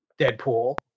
Deadpool